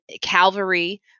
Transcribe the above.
Calvary